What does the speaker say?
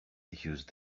used